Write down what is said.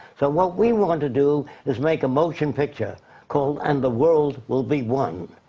so, what we want to do is make a motion picture called and the world will be one.